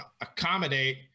accommodate